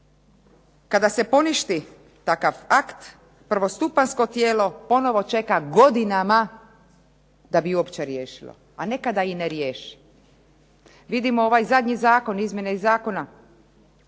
kada se poništi takav akt prvostupanjsko tijelo ponovo čeka godinama da bi uopće riješilo a nekada i ne riješi. Vidimo ovaj zadnji zakon, izmjene Zakona